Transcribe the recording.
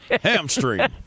Hamstring